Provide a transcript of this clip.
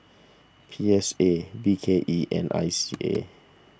P S A B K E and I C A